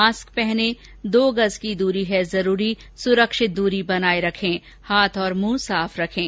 mask पहनें दो गज़ की दूरी है जरूरी सुरक्षित दूरी बनाए रखें हाथ और मुंह साफ रखें